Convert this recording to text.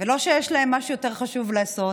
ולא שיש להם משהו יותר חשוב לעשות,